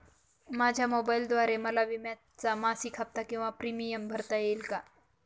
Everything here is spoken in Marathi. माझ्या मोबाईलद्वारे मला विम्याचा मासिक हफ्ता किंवा प्रीमियम भरता येईल का?